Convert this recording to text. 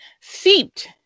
seeped